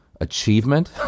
achievement